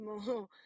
more